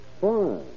Fine